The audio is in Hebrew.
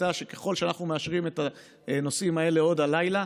הייתה שככל שאנחנו מאשרים את הנושאים האלה עוד הלילה,